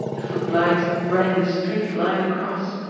the footlights running in a straight line across,